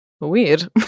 Weird